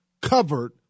covered